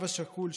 האב השכול,